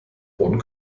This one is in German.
bonn